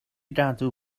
gadw